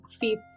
fifth